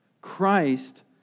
Christ